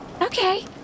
Okay